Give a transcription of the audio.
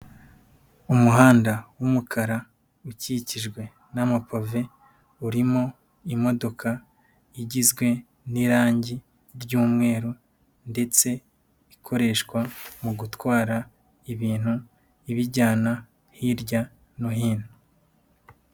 Umuhanda w'umukara, ukikijwe n'amapave, urimo imodoka, igizwe n'irangi ry'umweru, ndetse ikoreshwa mu gutwara ibintu ibijyana hirya no hino.